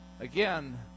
Again